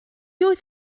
oedd